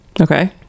Okay